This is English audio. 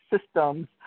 systems